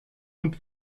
und